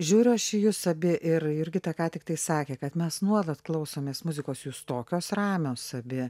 žiūriu aš jus abi ir jurgita ką tiktai sakė kad mes nuolat klausomės muzikos jūs tokios ramios abi